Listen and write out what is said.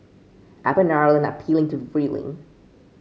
Apple and Ireland are appealing to ruling